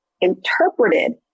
interpreted